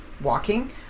walking